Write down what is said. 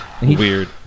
weird